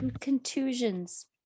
Contusions